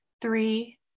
three